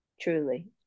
Truly